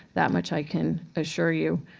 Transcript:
that much i can assure you.